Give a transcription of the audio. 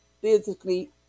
physically